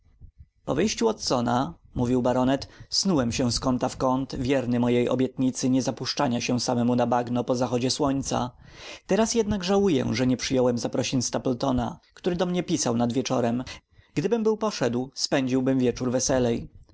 wyjściu watsona mówił baronet snułem się z kąta w kąt wierny mojej obietnicy nie zapuszczania się samemu na bagno po zachodzie słońca teraz jednak żałuję że nie przyjąłem zaprosin stapletona który do mnie pisał nad wieczorem gdybym był poszedł spędziłbym wieczór weselej